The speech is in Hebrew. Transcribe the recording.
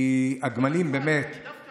אני דווקא